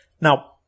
Now